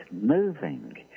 moving